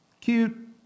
Cute